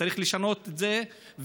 צריך לשנות את זה,